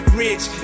rich